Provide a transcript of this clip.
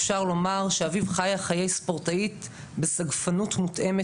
אפשר לומר שאביב חיה חיי ספורטאית בסגפנות מותאמת